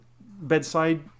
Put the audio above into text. bedside